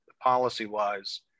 policy-wise